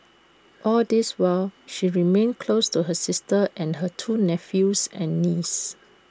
all this while she remained close to her sister and her two nephews and niece